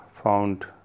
found